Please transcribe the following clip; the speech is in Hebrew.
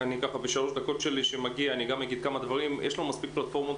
בשלוש דקות אני גם אגיד כמה דברים יש מספיק פלטפורמות